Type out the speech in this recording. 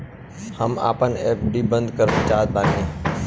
हम आपन एफ.डी बंद करना चाहत बानी